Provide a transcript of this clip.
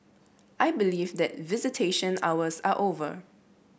I believe that visitation hours are over